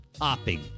hopping